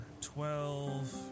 twelve